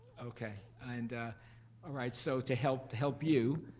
okay, and ah right, so to help to help you,